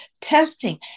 testing